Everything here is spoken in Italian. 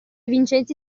vincenzi